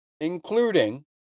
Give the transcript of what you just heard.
including